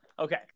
Okay